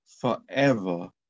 forever